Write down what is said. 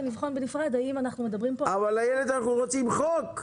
לבחון בנפרד האם אנחנו מדברים כאן --- אבל אנחנו רוצים חוק.